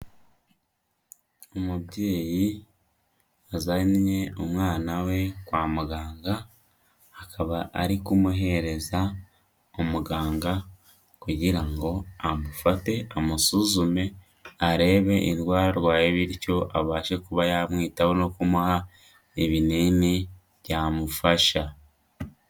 Umubyeyi wazanye umwana we kwa muganga, akaba ari kumuhereza umuganga kugira ngo amufate amusuzume arebe indwara arwaye bityo abashe kuba yamwitaho no kumuha ibinini byamufasha.